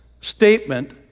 statement